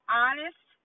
honest